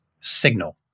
signal